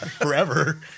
forever